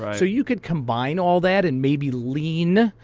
so you could combine all that and maybe lean,